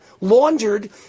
laundered